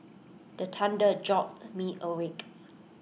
the thunder jolt me awake